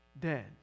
dead